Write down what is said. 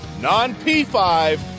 Non-P5